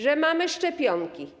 Że mamy szczepionki.